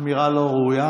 אמירה לא ראויה,